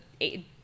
eight